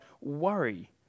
worry